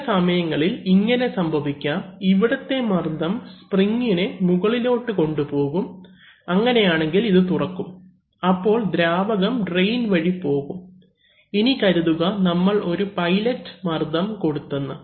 ചില സമയങ്ങളിൽ ഇങ്ങനെ സംഭവിക്കാം ഇവിടത്തെ മർദ്ദം സ്പ്രിങ്ങിനെ മുകളിലോട്ട് കൊണ്ടുപോകും അങ്ങനെയാണെങ്കിൽ ഇത് തുറക്കും അപ്പോൾ ദ്രാവകം ട്രയിൻ വഴി പോകും ഇനി കരുതുക നമ്മൾ ഒരു പൈലറ്റ് മർദ്ദം കൊടുത്തെന്ന്